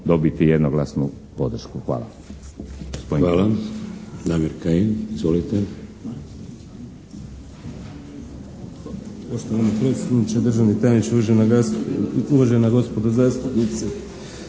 dobiti jednoglasnu podršku. Hvala.